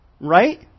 right